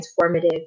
transformative